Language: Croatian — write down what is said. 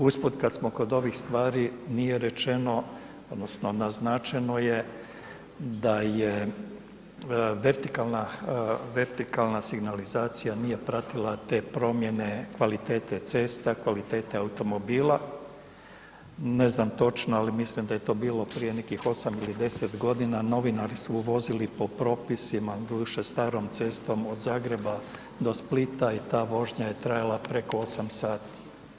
Usput kad smo kod ovih stvari, nije rečeno odnosno naznačeno je da je vertikalna signalizacija nije pratila te promjene kvalitet cesta, kvalitete automobila, ne znam ali mislim da je to bilo prije nekih 8 ili 10 g., novinari su vozili po propisima, doduše starom cestom od Zagreba do Splita i ta vožnja je trajala preko 8 sati.